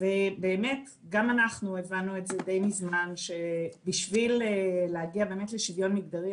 ובאמת גם אנחנו הבנו את זה די מזמן שעל מנת להגיע באמת לשוויון מגדרי,